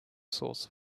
source